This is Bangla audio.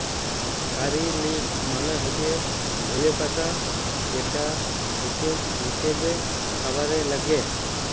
কারী লিভস মালে হচ্যে ধলে পাতা যেটা ভেষজ হিসেবে খাবারে লাগ্যে